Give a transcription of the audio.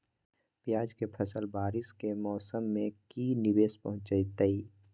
प्याज के फसल बारिस के मौसम में की निवेस पहुचैताई?